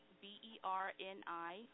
B-E-R-N-I